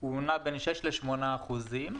נע בין שישה לשמונה אחוזים.